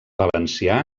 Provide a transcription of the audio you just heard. valencià